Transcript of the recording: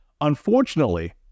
Unfortunately